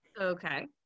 Okay